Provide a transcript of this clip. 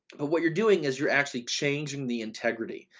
but what you're doing is you're actually changing the integrity.